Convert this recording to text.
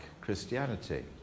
Christianity